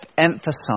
emphasize